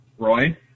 Roy